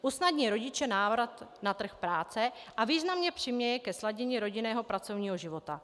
Usnadní rodiči návrat na trh práce a významně přispěje ke sladění rodinného a pracovního života.